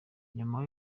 nyuma